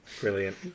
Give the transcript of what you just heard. brilliant